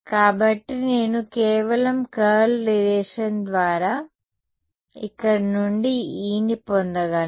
కాబట్టి నేను కేవలం కర్ల్ రిలేషన్ ద్వారా ఇక్కడ నుండి E ని పొందగలను